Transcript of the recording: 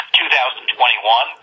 2021